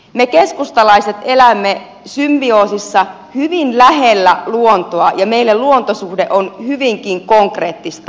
me keskustalaiset elämme symbioosissa hyvin lähellä luontoa ja meille luontosuhde on hyvinkin konkreettista